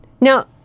Now